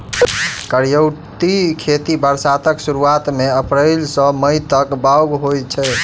करियौती खेती बरसातक सुरुआत मे अप्रैल सँ मई तक बाउग होइ छै